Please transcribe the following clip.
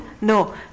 No